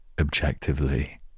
objectively